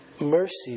mercy